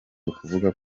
ukuvuga